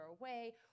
away